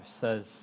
says